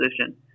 position